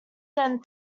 than